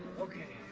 okay.